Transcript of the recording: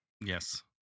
Yes